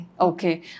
Okay